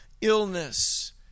illness